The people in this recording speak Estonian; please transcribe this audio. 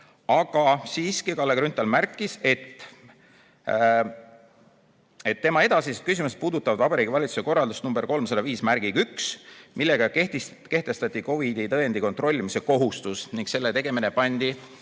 Aga siiski, Kalle Grünthal märkis, et tema edasised küsimused puudutavad Vabariigi Valitsuse korraldust nr 305, millega kehtestati COVID‑i tõendi kontrollimise kohustus ning selle tegemine pandi